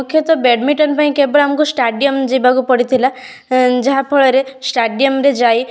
ମୁଖ୍ୟତଃ ବେଡ଼ମିନ୍ଟନ୍ ପାଇଁ କେବଳ ଆମକୁ ଷ୍ଟାଡ଼ିୟମ୍ ଯିବାକୁ ପଡ଼ିଥିଲା ଯାହାଫଳରେ ଷ୍ଟାଡ଼ିୟମ୍ ରେ ଯାଇ